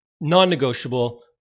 Non-negotiable